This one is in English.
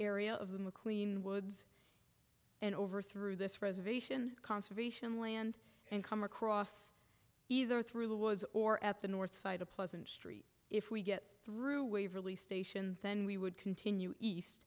area of the mcqueen woods and over through this reservation conservation land and come across either through was or at the north side a pleasant street if we get through waverly station then we would continue east